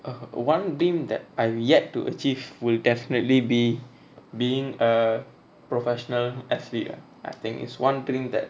err one dream that I have yet to achieve will definitely be being a professional athlete I think it's one thing that